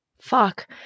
Fuck